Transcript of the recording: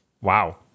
Wow